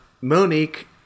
Monique